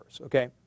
okay